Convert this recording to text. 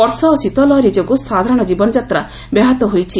ବର୍ଷା ଓ ଶୀତ ଲହରୀ ଯୋଗୁଁ ସାଧାରଣ ଜୀବନଯାତ୍ରା ବ୍ୟାହତ ହୋଇଛି